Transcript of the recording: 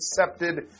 accepted